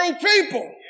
people